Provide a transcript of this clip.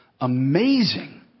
amazing